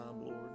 Lord